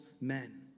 men